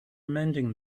mending